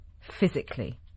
physically